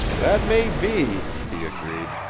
that may be, he agreed.